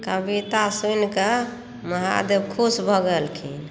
कविता सुनिकऽ महादेव ख़ुश भऽ गेलखिन